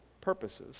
purposes